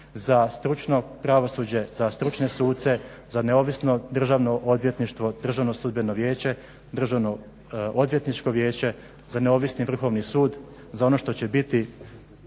za stručno pravosuđe, za stručne suce, za neovisno Državno odvjetništvo, Državno sudbeno vijeće, Državnoodvjetničko vijeće, za neovisni Vrhovni sud, za ono što će biti